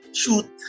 shoot